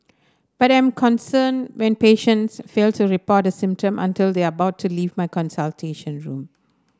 but I am concerned when patients fail to report a symptom until they are about to leave my consultation room